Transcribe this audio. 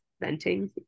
venting